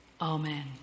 Amen